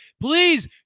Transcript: Please